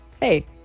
Hey